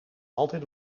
altijd